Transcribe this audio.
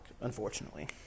unfortunately